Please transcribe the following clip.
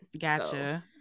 gotcha